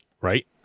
Right